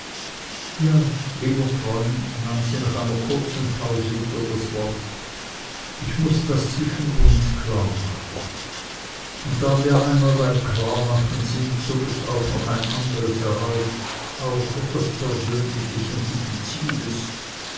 ja lieber freund nahm sie nach einer kurzen pause wieder das wort ich mußte das zwischen uns klar machen und da wir einmal beim klarmachen sind so muß auch noch ein andres heraus auch etwas persönliches und